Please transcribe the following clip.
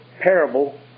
parable